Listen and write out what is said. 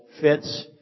fits